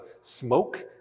smoke